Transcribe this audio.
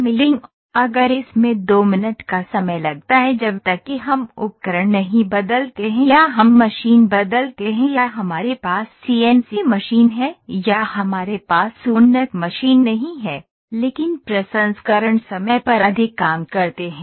milling अगर इसमें 2 minute का समय लगता है जब तक कि हम उपकरण नहीं बदलते हैं या हम मशीन बदलते हैं या हमारे पास सीएनसी मशीन है या हमारे पास उन्नत मशीन नहीं है लेकिन प्रसंस्करण समय पर अधिक काम करते हैं